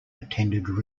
attended